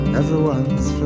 everyone's